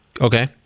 okay